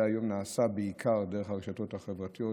זה היום נעשה בעיקר דרך הרשתות החברתיות.